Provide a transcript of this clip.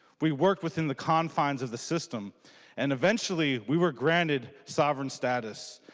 we worked within the confines of the system and eventually we were granted sovereign status.